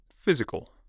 physical